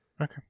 Okay